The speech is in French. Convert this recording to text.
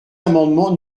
amendement